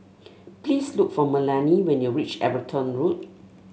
please look for Melany when you reach Everton Road